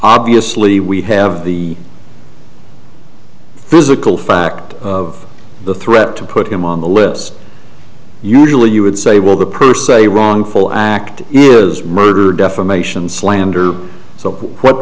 obviously we have the physical fact of the threat to put him on the list usually you would say well the per se wrongful act is murder defamation and slander so